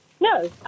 no